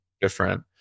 different